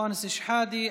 אנטאנס שחאדה,